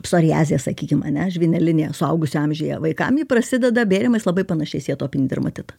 psoriazė sakykim ane žvynelinė suaugusių amžiuje vaikam ji prasideda bėrimais labai panašiais į atopinį dermatitą